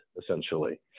essentially